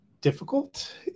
difficult